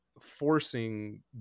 forcing